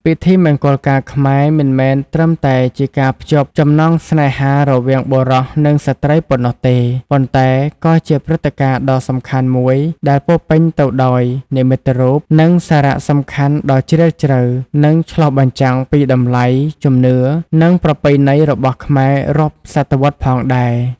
ពិធីមង្គលការខ្មែរ មិនមែនត្រឹមតែជាការភ្ជាប់ចំណងស្នេហារវាងបុរសនិងស្ត្រីប៉ុណ្ណោះទេ ប៉ុន្តែក៏ជាព្រឹត្តិការណ៍ដ៏សំខាន់មួយដែលពោរពេញទៅដោយ និមិត្តរូប និងសារៈសំខាន់ដ៏ជ្រាលជ្រៅ នឹងឆ្លុះបញ្ចាំងពីតម្លៃ ជំនឿ និងប្រពៃណីរបស់ខ្មែររាប់សតវត្សរ៍ផងដែរ ។